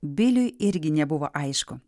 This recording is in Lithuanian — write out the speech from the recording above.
biliui irgi nebuvo aišku